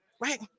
right